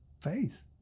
faith